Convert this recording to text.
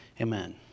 Amen